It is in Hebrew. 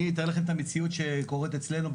אני אתאר לכם את המציאות שקורית אצלנו,